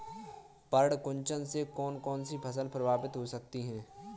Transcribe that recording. पर्ण कुंचन से कौन कौन सी फसल प्रभावित हो सकती है?